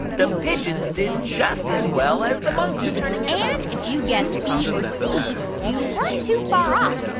the pigeons did just as well as the monkeys and if you guessed b or c, you weren't too far off.